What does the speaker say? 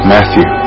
Matthew